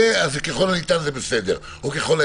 אז ככל הניתן זה בסדר,